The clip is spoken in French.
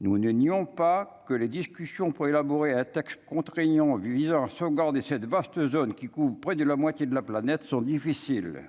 nous ne nions pas que les discussions pour élaborer un texte contraignant visant à sauvegarder cette vaste zone qui couvre près de la moitié de la planète sont difficiles,